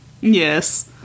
Yes